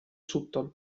sutton